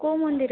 କେଉଁ ମନ୍ଦିର